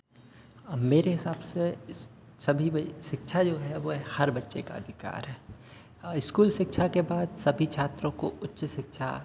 अब मेरे हिसाब से सभी भई शिक्षा जो है हर बच्चे का अधिकार है और स्कूल शिक्षा के बाद सभी छात्रों को उच्च शिक्षा